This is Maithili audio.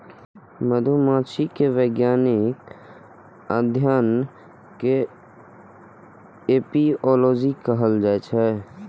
मधुमाछी के वैज्ञानिक अध्ययन कें एपिओलॉजी कहल जाइ छै